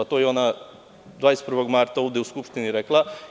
To je ona 21. marta ovde u Skupštini rekla.